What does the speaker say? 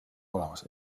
olemas